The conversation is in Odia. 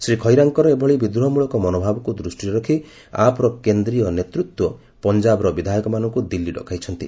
ଶ୍ରୀ ଖଇରାଙ୍କର ଏଭଳି ବିଦ୍ରୋହମୂଳକ ମନୋଭାବକୁ ଦୃଷ୍ଟିରେ ରଖି ଆପ୍ର କେନ୍ଦ୍ରୀୟ ନେତୃତ୍ୱ ପଞ୍ଜାବର ବିଧାୟକମାନଙ୍କୁ ଦିଲ୍ଲୀ ଡକାଇଛନ୍ତି